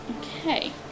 Okay